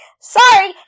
Sorry